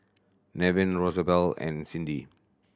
Nevin Rosabelle and Cindi